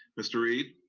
mr. reid.